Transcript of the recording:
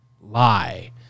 lie